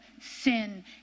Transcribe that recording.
sin